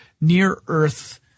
near-Earth